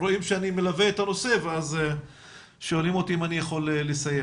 רואים שאני מלווה את הנושא ושואלים אם אני יכול לסייע.